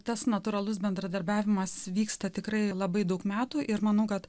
tas natūralus bendradarbiavimas vyksta tikrai labai daug metų ir manau kad